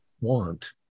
want